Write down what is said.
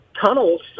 tunnels